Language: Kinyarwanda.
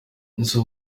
izo